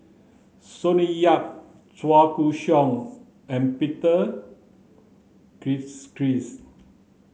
Sonny Yap Chua Koon Siong and Peter Gilchrist